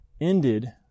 ended